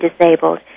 disabled